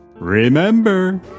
Remember